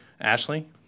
Ashley